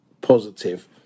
positive